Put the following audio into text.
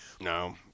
no